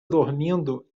dormindo